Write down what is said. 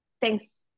thanks